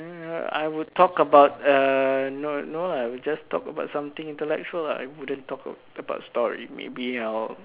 I would talk about err no no lah I would just talk about something intellectual lah I wouldn't talk about story maybe I'll